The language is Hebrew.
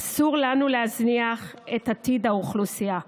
אסור לנו להזניח את עתיד האוכלוסייה.